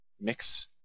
mix